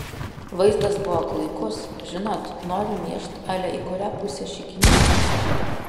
vaizdas buvo klaikus žinot noriu myžt ale į kurią pusę šikinykas